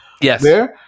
Yes